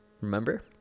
Remember